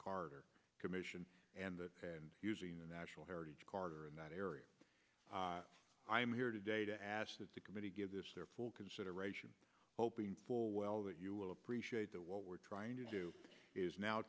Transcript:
carter commission and that using the national heritage carter in that area i'm here today to ask that the committee give this their full consideration hoping full well that you will appreciate that what we're trying to do is now